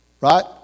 Right